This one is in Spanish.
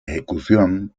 ejecución